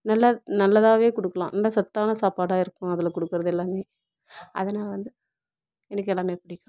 நல்ல நல்லதாகவே கொடுக்கலாம் நல்ல சத்தான சாப்பாடாக இருக்கும் அதில் கொடுக்கறது எல்லாமே அதனால் வந்து எனக்கு எல்லாமே பிடிக்கும்